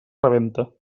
rebenta